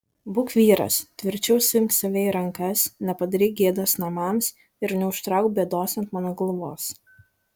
būk vyras tvirčiau suimk save į rankas nepadaryk gėdos namams ir neužtrauk bėdos ant mano galvos